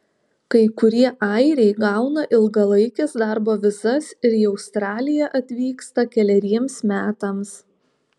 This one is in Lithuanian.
kai kurie airiai gauna ilgalaikes darbo vizas ir į australiją atvyksta keleriems metams